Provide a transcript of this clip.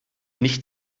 nicht